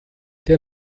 der